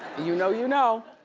you know you know.